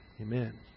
Amen